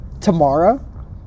Tomorrow